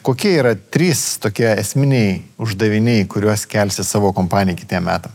kokie yra trys tokie esminiai uždaviniai kuriuos kelsi savo kompanijai kitiem metam